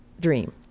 dream